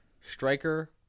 Striker